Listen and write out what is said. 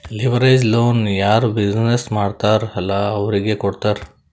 leverage loan ಯಾರ್ business ಮಾಡ್ತಾರ್ ಅಲ್ಲಾ ಅವ್ರಿಗೆ ಕೊಡ್ತಾರ್